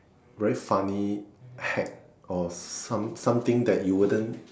very funny hack of some something that you wouldn't